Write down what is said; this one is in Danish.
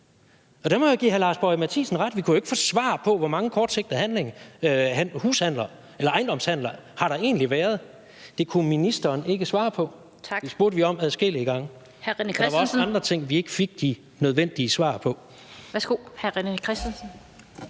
Og der må jeg give hr. Lars Boje Mathiesen ret i, at vi ikke kunne få svar på , hvor mange kortsigtede ejendomshandler, der egentlig havde været. Det kunne ministeren ikke svare på. Det spurgte vi om adskillige gange. Der var også andre ting, vi ikke fik de nødvendige svar på. Kl. 16:16 Den fg.